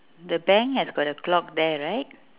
the bank has got a clock there right